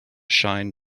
shine